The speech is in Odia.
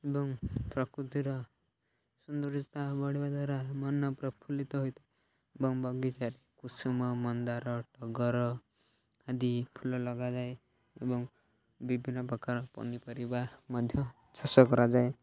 ଏବଂ ପ୍ରକୃତିର ସୁନ୍ଦରତା ବଢ଼ିବା ଦ୍ୱାରା ମନ ପ୍ରଫୁଲ୍ଲିତ ହୋଇଥାଏ ଏବଂ ବଗିଚାରେ କୁସୁମ ମନ୍ଦାର ଟଗର ଆଦି ଫୁଲ ଲଗାଯାଏ ଏବଂ ବିଭିନ୍ନ ପ୍ରକାର ପନିପରିବା ମଧ୍ୟ ଚାଷ କରାଯାଏ